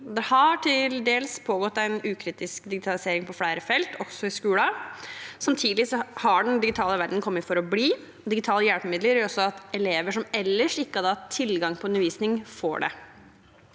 Det har pågått en til dels ukritisk digitalisering på flere felt, også i skolen. Samtidig har den digitale verden kommet for å bli. Digitale hjelpemidler gjør også at elever som ellers ikke hadde hatt tilgang på undervisning, får det.